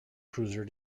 cruiser